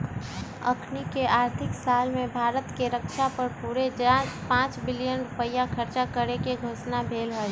अखनीके आर्थिक साल में भारत में रक्षा पर पूरे पांच बिलियन रुपइया खर्चा करेके घोषणा भेल हई